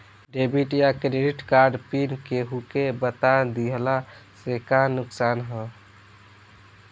Debit या credit card PIN केहूके बता दिहला से का नुकसान ह?